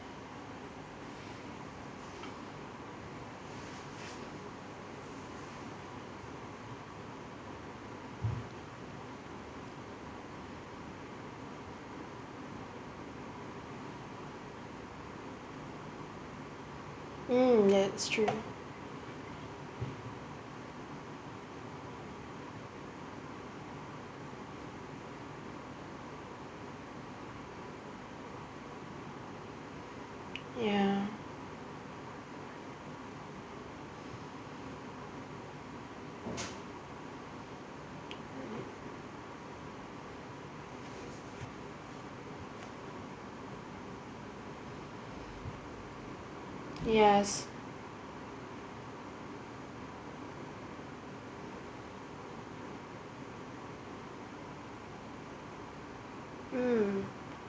mm that's true ya yes mm